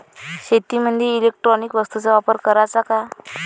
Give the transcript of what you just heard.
शेतीमंदी इलेक्ट्रॉनिक वस्तूचा वापर कराचा का?